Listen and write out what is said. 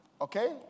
Okay